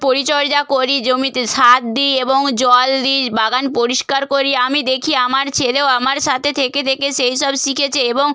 পরিচর্যা করি জমিতে সার দিই এবং জল দিই বাগান পরিষ্কার করি আমি দেখি আমার ছেলেও আমার সাথে থেকে থেকে সেই সব শিখেছে এবং